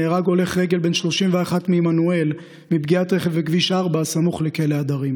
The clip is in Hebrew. נהרג הולך רגל בן 31 מעמנואל מפגיעת רכב בכביש 4 סמוך לכלא הדרים.